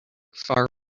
far